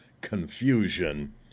confusion